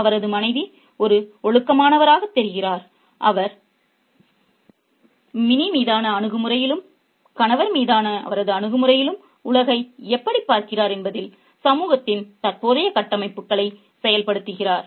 அவரது மனைவி ஒரு ஒழுக்கமானவராகத் தெரிகிறார் அவர் மினி மீதான அணுகுமுறையிலும் கணவர் மீதான அவரது அணுகுமுறையிலும் உலகை எப்படிப் பார்க்கிறார் என்பதிலும் சமூகத்தின் தற்போதைய கட்டமைப்புகளைச் செயல்படுத்துகிறார்